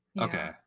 okay